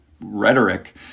rhetoric